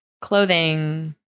clothing